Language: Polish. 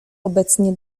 obecnie